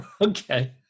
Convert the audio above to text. okay